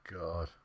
God